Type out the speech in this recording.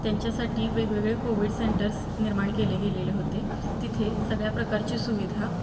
त्यांच्यासाठी वेगवेगळे covid centres निर्माण केले गेलेले होते तिथे सगळ्या प्रकारची सुविधा